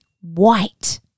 white